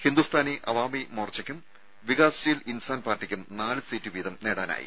ഹിന്ദുസ്ഥാനി അവാമി മോർച്ചയ്ക്കും വികാസ് ശീൽ ഇൻസാൻ പാർട്ടിയ്ക്കും നാല് സീറ്റ് വീതം നേടാനായി